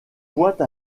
pointe